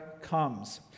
comes